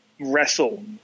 wrestle